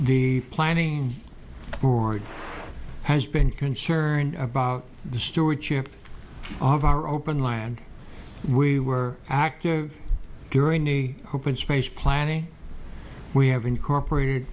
the planning board has been concerned about the stewardship of our open land we were active during the open space planning we have incorporated